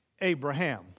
Abraham